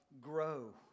grow